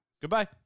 Goodbye